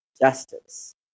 justice